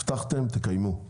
הבטחתם תקיימו.